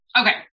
Okay